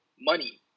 money